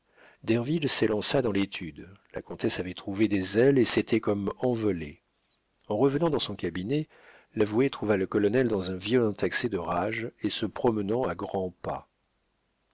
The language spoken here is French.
derville s'élança dans l'étude la comtesse avait trouvé des ailes et s'était comme envolée en revenant dans son cabinet l'avoué trouva le colonel dans un violent accès de rage et se promenant à grands pas